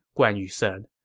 guan yu said.